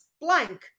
blank